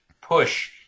push